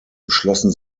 beschlossen